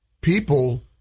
people